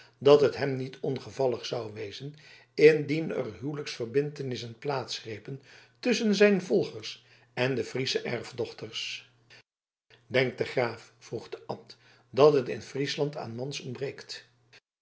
dat het hem niet ongevallig zou wezen indien er huwelijksverbintenissen plaats grepen tusschen zijne volgers en de friesche erfdochters denkt de graaf vroeg de abt dat het in friesland aan mans ontbreekt